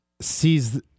sees